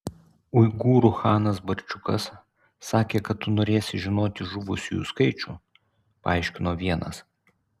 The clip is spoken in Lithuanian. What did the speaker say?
uigūrų chanas barčiukas sakė kad tu norėsi žinoti žuvusiųjų skaičių paaiškino vienas